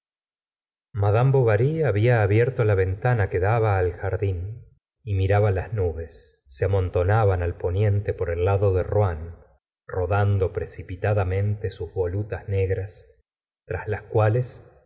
mad bovary había abierto la ventana que daba al jardín y miraba las nubes se amontonaban al poniente por el lado de rouen rodando precipitadamente sus volutas negras tras las cuales